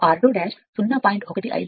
అందువల్ల r2 0